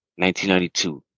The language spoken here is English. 1992